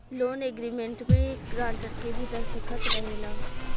loan agreement में एक grantor के भी दस्तख़त रहेला